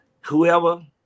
whoever